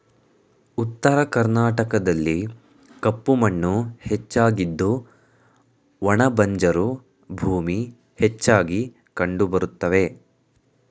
ಉತ್ತರ ಕರ್ನಾಟಕದಲ್ಲಿ ಕಪ್ಪು ಮಣ್ಣು ಹೆಚ್ಚಾಗಿದ್ದು ಒಣ ಬಂಜರು ಭೂಮಿ ಹೆಚ್ಚಾಗಿ ಕಂಡುಬರುತ್ತವೆ